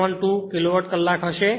672 kilowatt કલાક હશે